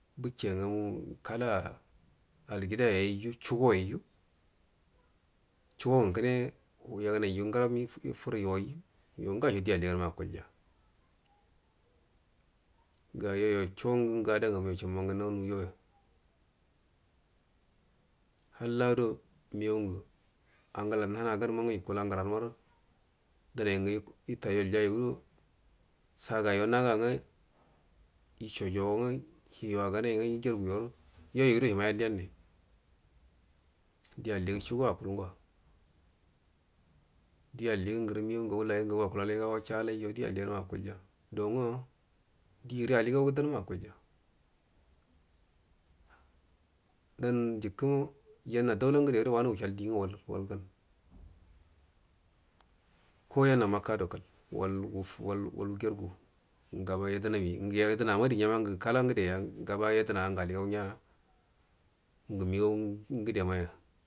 Bike ngamu kala aligida yayiju chugaiju chuga ugu kune yagunaiju nguran ifur ima yayiju yo ngayo di alliganma akulya nga yoyo ngu ngə ada ngamu yocho mumangannau nga nuwujanya halla do migau ngu augalan nanagan maru yukula ngəran nadə dinai ngu hiyuwa ganai nga igergu yoni yoyudo yamai alliyanmi di elligan shido akul ngwa di alliguru migau ngagu daya ngagu akulalga awacha laijo di alliganma akilya do nga dire aligangu dauna akulya danjikama yama daula ngudedo wamu wushal di nga walu ko yana makka do wal ko gana makka do kal wal-wal wugergu ngaba yadənami nga gadənamari nya ngu kala ngude ya ngaba yadəna mangu oligau nya ngu migau ngude maya.